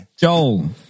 Joel